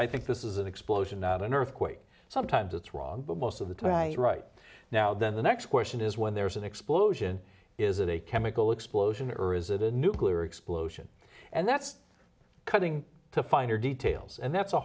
i think this is an explosion not an earthquake sometimes it's wrong but most of the thai right now then the next question is when there's an explosion is it a chemical explosion earth is it a nuclear explosion and that's cutting to finer details and that's a